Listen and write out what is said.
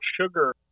sugar